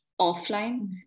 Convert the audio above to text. offline